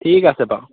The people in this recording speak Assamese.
ঠিক আছে বাৰু